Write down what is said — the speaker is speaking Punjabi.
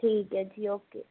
ਠੀਕ ਹ ਜੀ ਓਕੇ